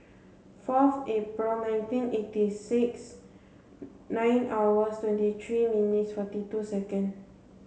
fourth April nineteen eighty six nine hours twenty three minutes forty two second